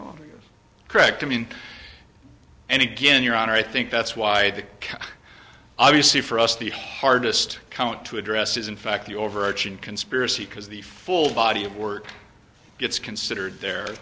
d correct i mean and again your honor i think that's why obviously for us the hardest count to address is in fact the overarching conspiracy because the full body of work gets considered there